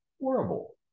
horrible